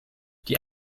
die